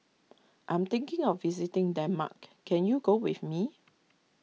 I am thinking of visiting Denmark can you go with me